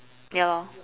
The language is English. ya lor